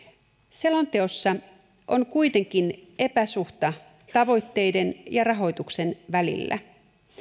selonteossa on kuitenkin epäsuhta tavoitteiden ja rahoituksen välillä